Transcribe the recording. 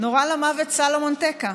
נורה למוות סלומון טקה,